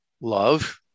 love